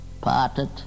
parted